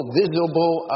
visible